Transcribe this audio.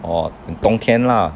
orh 冬天 lah